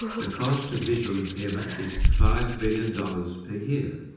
the cost of visual impairment is five billion dollars per year.